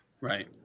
right